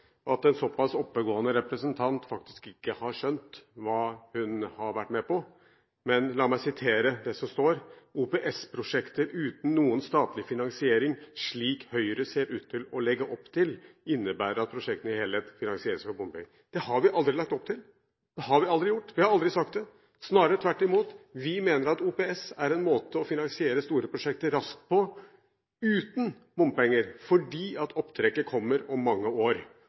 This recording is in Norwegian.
at en såpass oppegående representant faktisk ikke har skjønt hva hun har vært med på. La meg sitere komiteens flertall: OPS-prosjekter uten noen statlig finansiering slik Høyre ser ut til å legge opp til, innebærer at prosjektene i sin helhet finansieres ved bompenger.» Det har vi aldri lagt opp til. Det har vi aldri gjort. Vi har aldri sagt det – snarere tvert imot: Vi mener OPS er en måte å finansiere store prosjekter raskt på uten bompenger, fordi opptrekket kommer om mange år.